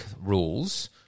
rules